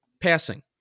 passing